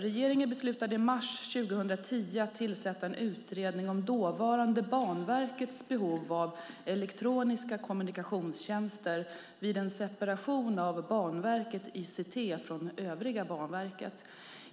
Regeringen beslutade i mars 2010 att tillsätta en utredning om dåvarande Banverkets behov av elektroniska kommunikationstjänster vid en separation av Banverket ICT från övriga Banverket.